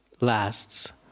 lasts